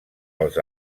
els